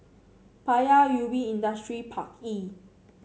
Paya Ubi Industrial Park E